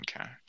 Okay